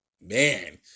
Man